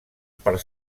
per